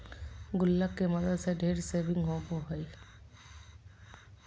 गुल्लक के मदद से ढेर सेविंग होबो हइ